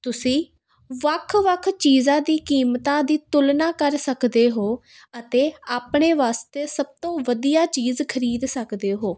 ਤੁਸੀਂ ਵੱਖ ਵੱਖ ਚੀਜ਼ਾਂ ਦੀ ਕੀਮਤਾਂ ਦੀ ਤੁਲਨਾ ਕਰ ਸਕਦੇ ਹੋ ਅਤੇ ਆਪਣੇ ਵਾਸਤੇ ਸਭ ਤੋਂ ਵਧੀਆ ਚੀਜ਼ ਖਰੀਦ ਸਕਦੇ ਹੋ